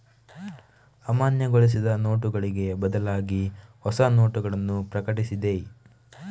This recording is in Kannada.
ಅಮಾನ್ಯಗೊಳಿಸಿದ ನೋಟುಗಳಿಗೆ ಬದಲಾಗಿಹೊಸ ನೋಟಗಳನ್ನು ಪ್ರಕಟಿಸಿದೆ